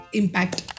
impact